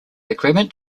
agreement